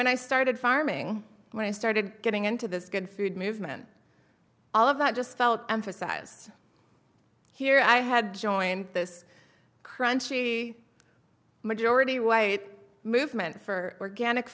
when i started farming when i started getting into this good food movement all of that just felt emphasized here i had joined this crunchy majority white movement for organic